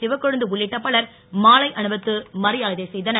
சிவக்கொழுந்து உள்ளிட்ட பலர் மாலை அணிவித்து மரியாதை செய்தனர்